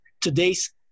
today's